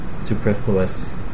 superfluous